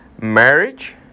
marriage